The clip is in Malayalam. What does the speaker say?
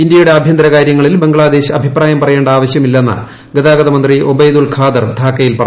ഇന്ത്യയുടെ ആഭ്യന്തരകാര്യങ്ങളിൽ ബംഗ്ലാദേശ് അഭിപ്രായം പറയേണ്ട ആവശ്യമില്ലെന്ന് ഗതാഗത മന്ത്രി ഒബൈദുൾ ഖാദർ ധാക്കയിൽ പറഞ്ഞു